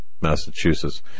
Massachusetts